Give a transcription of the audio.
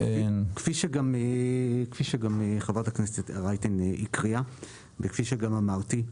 כפי שחברת הכנסת רייטן הקריאה וכפי שגם אמרתי,